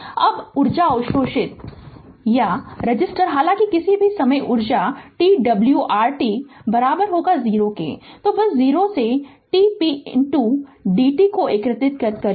अब ऊर्जा अवशोषित रेसिस्टर हालांकि किसी भी समय ऊर्जा है t W R t 0 बस 0 से t p dt को एकीकृत करें